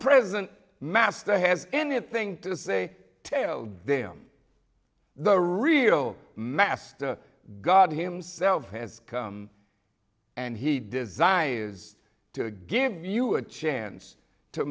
present master has anything to say tale them the real master god himself has come and he desires to give you a chance to